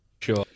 sure